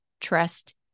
trust